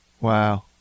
Wow